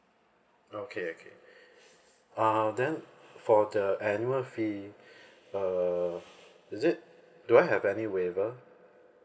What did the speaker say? okay okay uh then for the annual fee uh is it do I have any waiver